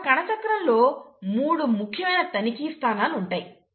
ఒక కణచక్రంలో 3 ముఖ్యమైన తనిఖీ స్థానాలు ఉంటాయి